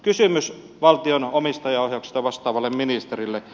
kysymys valtion omistajaohjauksesta vastaavalle ministerille